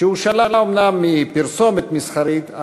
שהושאלה אומנם מפרסומת מסחרית,